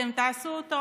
ואתם תעשו אותו